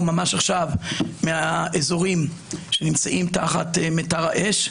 ממש עכשיו מהאזורים שנמצאים תחת מטר האש,